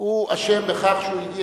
הוא אשם בכך שהוא הגיע